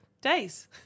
days